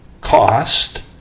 cost